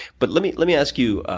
but let me let me ask you.